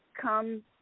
come